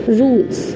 rules